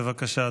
בבקשה,